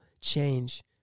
change